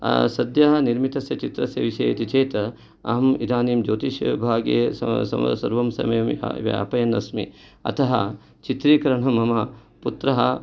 सद्यः निर्मितस्य चित्रस्य विषये इति चेत् अहम् इदानीं ज्योतिषविभागे सर्वं समयं व्यापयन् अस्मि अतः चित्रीकरणं मम पुत्रः